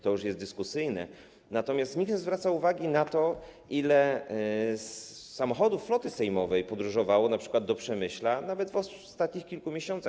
To już jest dyskusyjne, natomiast nikt nie zwraca uwagi na to, ile samochodów floty sejmowej podróżowało np. do Przemyśla, nawet w ostatnich kilku miesiącach.